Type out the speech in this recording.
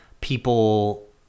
People